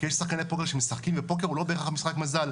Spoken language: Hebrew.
כי יש שחקני פוקר שמשחקים ופוקר הוא לא בהכרח משחק מזל.